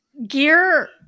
gear